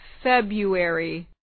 February